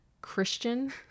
Christian